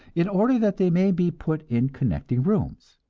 in order that they may be put in connecting rooms.